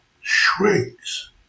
shrinks